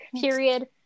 period